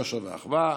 יושר ואחווה.